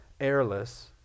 airless